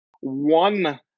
one